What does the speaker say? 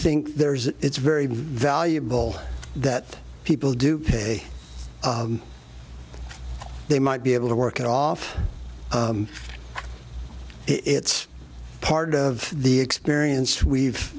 think there is it's very valuable that people do pay they might be able to work it off it's part of the experience we've